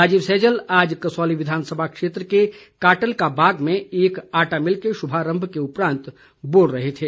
राजीव सैजल आज कसौली विधानसभा क्षेत्र के काटल का बाग में एक आटा मिल के शुभारंभ के उपरांत बोल रहे थे